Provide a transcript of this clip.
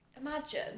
Imagine